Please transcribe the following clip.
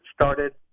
started